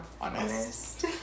honest